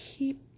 Keep